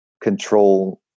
control